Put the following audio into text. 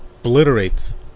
obliterates